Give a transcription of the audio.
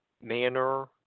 manner